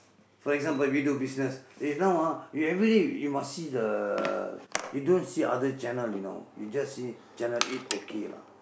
for example we do business eh now ah you everyday you must see the you don't see the other channel you know you just see channel-eight okay lah